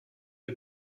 der